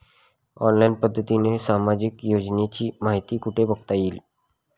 Online पद्धतीने सामाजिक योजनांची माहिती कुठे बघता येईल?